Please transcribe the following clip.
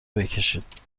بکشید